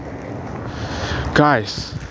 Guys